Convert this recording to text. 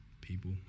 people